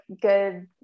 good